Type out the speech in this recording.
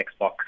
Xbox